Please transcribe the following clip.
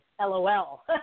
LOL